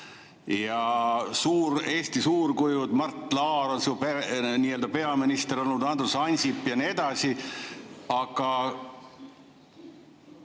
Ja Eesti suurkujud, Mart Laar on su peaminister olnud, Andrus Ansip ja nii edasi. Aga